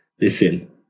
listen